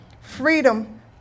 Freedom